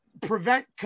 prevent